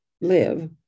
live